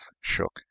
shook